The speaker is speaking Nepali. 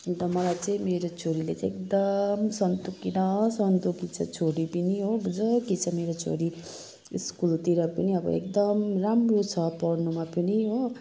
अनि त मलाई चाहिँ मेरो छोरीले चाहिँ एकदम सन्तोकी न सन्तोकी छ छोरी पनी हो बुजकी छ मेरो छोरी स्कुलतिर पनि अब एकदम राम्रो छ पढ्नुमा पनि हो